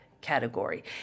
Category